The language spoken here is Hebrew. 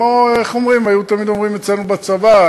איך תמיד היו אומרים אצלנו בצבא?